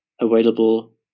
available